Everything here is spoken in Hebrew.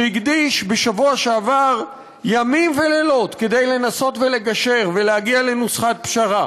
שהקדיש בשבוע שעבר ימים ולילות כדי לנסות לגשר ולהגיע לנוסחת פשרה,